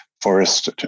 forest